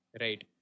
right